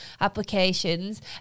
applications